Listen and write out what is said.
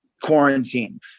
quarantine